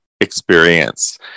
experience